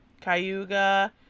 Cayuga